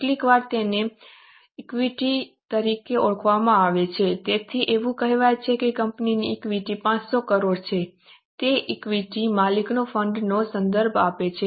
કેટલીકવાર તેને ઇક્વિટી તરીકે ઓળખવામાં આવે છે તેથી એવું કહેવાય છે કે કંપનીની ઇક્વિટી 500 કરોડ છે તે ઇક્વિટી માલિકોના ફંડ નો સંદર્ભ આપે છે